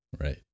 Right